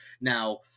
Now